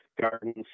Gardens